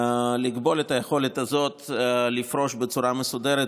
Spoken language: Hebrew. לכבול את היכולת הזאת לפרוש בצורה מסודרת